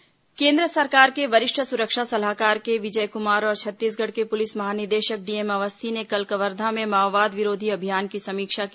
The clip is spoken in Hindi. सुरक्षा सलाहकार बैठक केन्द्र सरकार के वरिष्ठ सुरक्षा सलाहकार के विजय कुमार और छत्तीसगढ़ के पुलिस महानिदेशक डी एम अवस्थी ने कल कवर्धा में माओवाद विरोधी अभियान की समीक्षा की